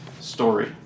story